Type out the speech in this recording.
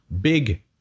Big